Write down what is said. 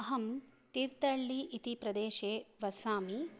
अहं तीर्थहल्लि इति प्रदेशे वसामि